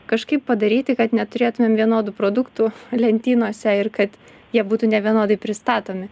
kažkaip padaryti kad neturėtumėm vienodų produktų lentynose ir kad jie būtų nevienodai pristatomi